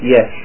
Yes